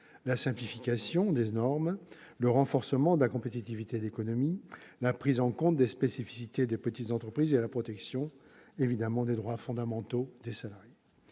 la simplification des normes, le renforcement de la compétitivité de l'économie, la prise en compte des spécificités des petites entreprises et la protection des droits fondamentaux des salariés.